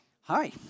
Hi